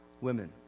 women